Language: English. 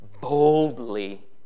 boldly